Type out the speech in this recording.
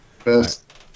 best